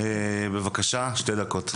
בבקשה, שתי דקות.